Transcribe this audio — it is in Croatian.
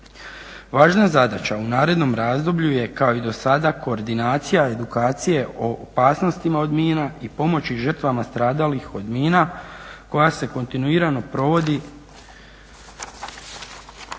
Važna zadaća u narednom razdoblju je kao i do sada koordinacija edukacije o opasnostima od mina i pomoći žrtvama stradalih od mina koja se kontinuirano provodi